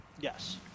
Yes